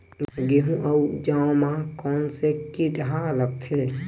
गेहूं अउ जौ मा कोन से कीट हा लगथे?